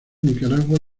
nicaragua